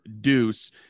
Deuce